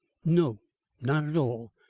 no not at all.